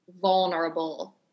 vulnerable